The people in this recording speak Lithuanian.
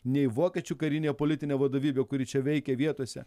nei vokiečių karinė politinė vadovybė kuri čia veikė vietose